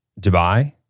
Dubai